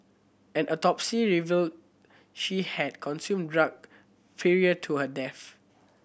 an autopsy revealed she had consumed drug prior to her death